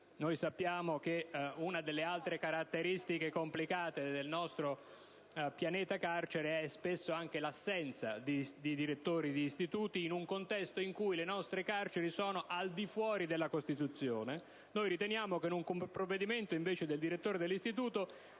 Sappiamo che una delle altre caratteristiche complicate del nostro pianeta carceri è spesso anche l'assenza di direttori di istituti, in un contesto in cui le nostre carceri sono al di fuori della Costituzione. Noi riteniamo, invece, che un provvedimento del direttore dell'istituto